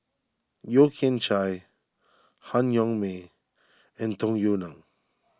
Yeo Kian Chye Han Yong May and Tung Yue Nang